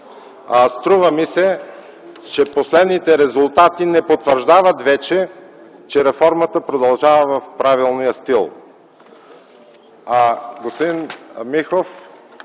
Струва ми се, че последните резултати вече не потвърждават, че реформата продължава в правилния стил.